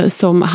som